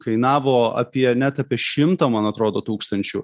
kainavo apie net apie šimtą man atrodo tūkstančių